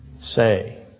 say